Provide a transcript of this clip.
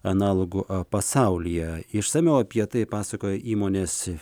analogų pasaulyje išsamiau apie tai pasakojo įmonės